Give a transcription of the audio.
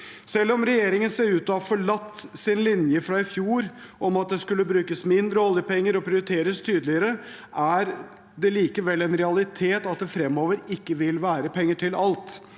Selv om regjeringen ser ut til å ha forlatt sin linje fra i fjor om å bruke mindre oljepenger og prioritere tydeligere, er det likevel en realitet at det fremover ikke vil være penger til alt.